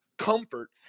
comfort